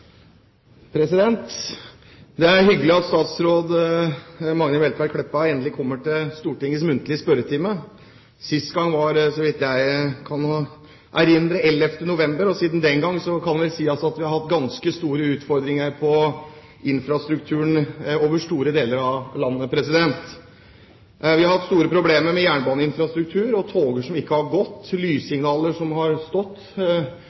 Det er hyggelig at statsråd Magnhild Meltveit Kleppa endelig kommer til Stortingets muntlige spørretime. Siste gangen var, så vidt jeg kan erindre, 11. november. Siden den gang kan en vel si at vi har hatt ganske store utfordringer når det gjelder infrastrukturen over store deler av landet. Vi har hatt store problemer med jernbaneinfrastrukturen – tog som ikke har gått,